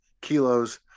kilos